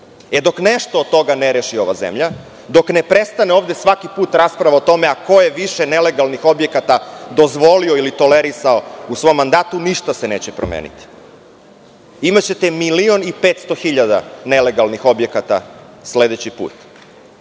nešto od toga ne reši ova zemlja, dok ne prestane ovde svaki put rasprava o tome ko je više nelegalnih objekata dozvolio ili tolerisao, ništa se neće promeniti. Imaćete milion i 500 hiljada nelegalnih objekata sledeći put.